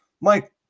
Mike